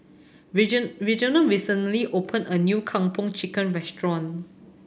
Reginal recently opened a new Kung Po Chicken restaurant